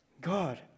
God